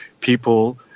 people